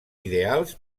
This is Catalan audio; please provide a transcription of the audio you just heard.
ideals